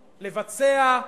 לבצע,